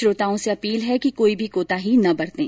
श्रोताओं से अपील है कि कोई भी कोताही न बरतें